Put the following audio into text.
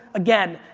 again,